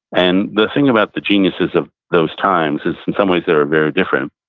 and the thing about the geniuses of those times is, in some ways they were very different,